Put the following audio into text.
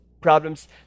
problems